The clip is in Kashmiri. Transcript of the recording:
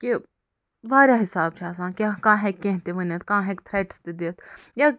کہِ واریاہ حِساب چھُ آسان کیٚنٛہہ کانٛہہ ہیٚکہِ کیٚنٛہہ تہِ ؤنِتھ کانٛہہ ہیٚکہِ تھرٛیٚٹٕس تہِ دِتھ یا